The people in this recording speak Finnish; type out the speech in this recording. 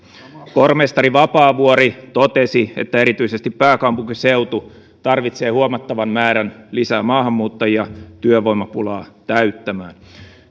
pormestari vapaavuori totesi että erityisesti pääkaupunkiseutu tarvitsee huomattavan määrän lisää maahanmuuttajia työvoimapulaa täyttämään